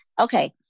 Okay